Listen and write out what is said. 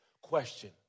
Question